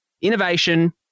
innovation